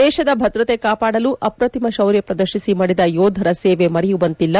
ದೇಶದ ಭದ್ರತೆ ಕಾಪಾಡಲು ಅಪ್ರತಿಮ ಶೌರ್ಯ ಪ್ರದರ್ಶಿಸಿ ಮಡಿದ ಯೋಧರ ಸೇವೆ ಮರೆಯುವಂತಿಲ್ಲ